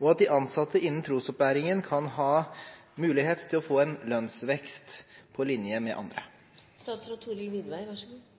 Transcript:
og til at de ansatte innen trosopplæringen kan ha mulighet til å få en lønnsvekst på linje med andre?